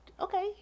okay